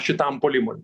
šitam puolimui